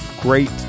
great